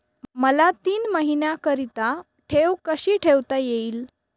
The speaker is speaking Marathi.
मला तीन महिन्याकरिता ठेव कशी ठेवता येईल?